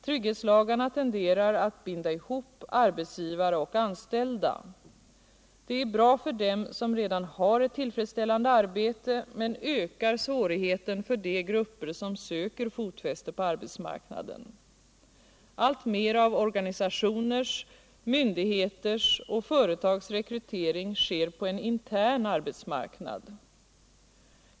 Trygghetslagarna tenderar att binda ihop arbetsgivare och anställda. De är bra för dem som redan har ett tillfredsställtande arbete men ökar svårigheten för de grupper som söker fotfäste på arbetsmarknaden. Alltmer av organisationers, myndigheters och företags rekrytering sker på en intern arbetsmarknad.